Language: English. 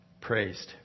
praised